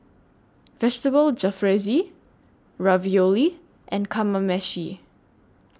Vegetable Jalfrezi Ravioli and Kamameshi